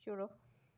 छोड़ो